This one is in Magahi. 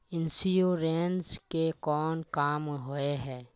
इंश्योरेंस के कोन काम होय है?